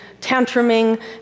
tantruming